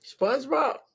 Spongebob